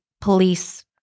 police